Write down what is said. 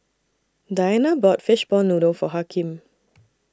Dianna bought Fishball Noodle For Hakim